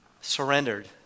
surrendered